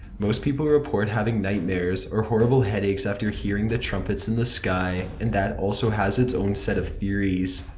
most people report having nightmares, or horrible headaches after hearing the trumpets in the sky. and that also has it's own set of theories.